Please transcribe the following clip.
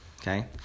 Okay